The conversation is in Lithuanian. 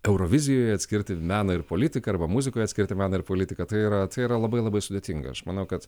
eurovizijoje atskirti meną ir politiką arba muzikoj atskirti meną ir politiką tai yra tai yra labai labai sudėtinga aš manau kad